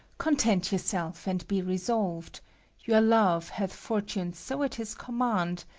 content yourself, and be resolv'd your love hath fortune so at his command,